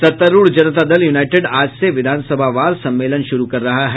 सत्तारूढ़ जनता दल यूनाईटेड आज से विधानसभावार सम्मेलन शुरू कर रहा है